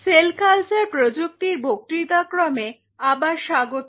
sell culture প্রযুক্তির বক্তৃতাক্রমে আবার স্বাগত